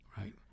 right